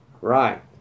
Right